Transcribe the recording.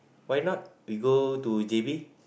why not we go to J_B